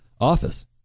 office